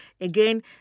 Again